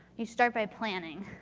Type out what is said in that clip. you start by planning.